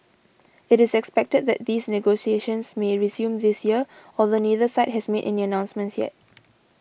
it is expected that these negotiations may resume this year although neither side has made any announcements as yet